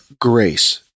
grace